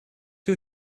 you